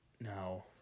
no